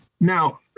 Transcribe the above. now